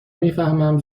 میفهمم